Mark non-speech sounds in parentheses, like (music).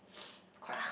(noise) quite